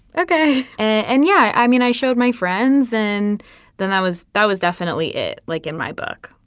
okay. and yeah, i mean, i showed my friends and then i was that was definitely it, like in my book.